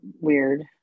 weird